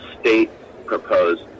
state-proposed